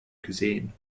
cuisine